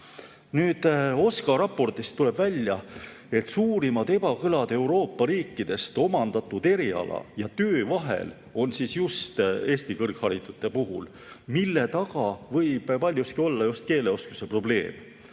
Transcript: F! OSKA raportist tuleb välja, et suurimad ebakõlad Euroopa riikidest omandatud eriala ja töö vahel on just Eesti kõrgharitute puhul, mille taga võib paljuski olla just keeleoskuse probleem.